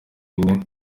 nyine